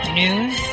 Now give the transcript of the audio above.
news